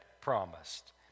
promised